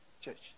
church